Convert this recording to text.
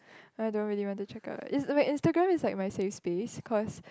I don't really want to check out is wait Instagram is like my safe space cause